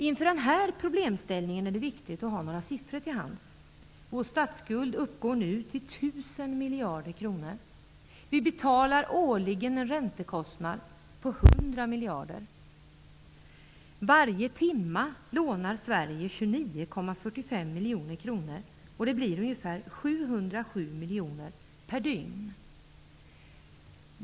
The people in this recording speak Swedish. Inför denna problemställning är det viktigt att ha några siffror till hands. Vår statsskuld uppgår nu till 1 000 miljarder kronor. Vi betalar årligen en räntekostnad på 100 miljarder kronor. Varje timma lånar Sverige 29,45 miljoner kronor. Det blir ungefär 707 miljoner kronor per dygn.